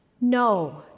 no